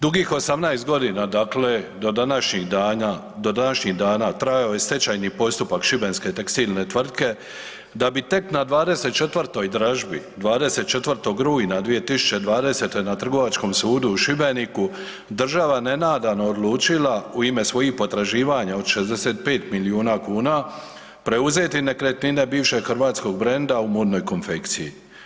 Dugih 18.g., dakle do današnjih dana, do današnjih dana trajao je stečajni postupak šibenske tekstilne tvrtke da bi tek na 24. dražbi 24. rujna 2020. na Trgovačkom sudu u Šibeniku država nenadano odlučila u ime svojih potraživanja od 65 milijuna kuna preuzeti nekretnine bivšeg hrvatskog brenda u modnoj konfekciji.